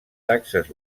taxes